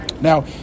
Now